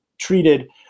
Treated